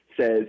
says